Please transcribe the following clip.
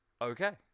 okay